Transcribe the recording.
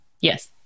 Yes